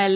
L